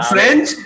French